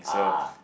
ah